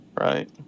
right